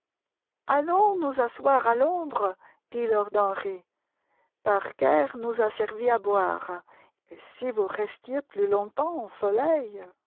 allons nous asseoir à l'ombre dit lord henry parker nous a servi à boire et si vous restiez plus longtemps au soleil